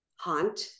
haunt